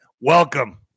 welcome